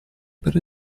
per